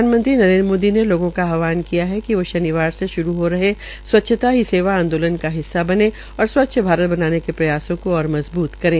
प्रधानमंत्री नरेन्द्र मोदी ने लोगों का आहमवान किया है कि वो शनिवार से श्रू हो रहे स्वच्छता ही सेवा आंदोलन का हिस्सा बने और स्वच्छ भारत बनाने के प्रयासों को ओर मज़बूत करे